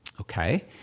Okay